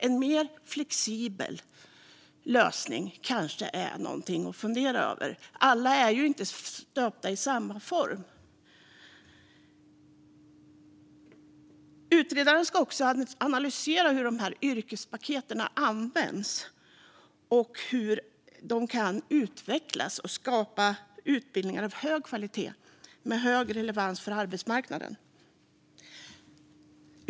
En mer flexibel lösning är något att fundera över. Alla är inte stöpta i samma form. Utredaren ska också analysera hur yrkespaketen används och hur de kan utvecklas för att skapa utbildningar av hög kvalitet och med hög relevans för arbetsmarknaden.